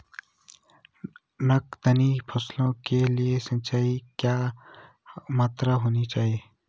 नकदी फसलों के लिए सिंचाई की क्या मात्रा होनी चाहिए?